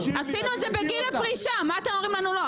עשינו את זה בגיל הפרישה, מה אתם אומרים לנו לא?